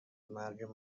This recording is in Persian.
مرگ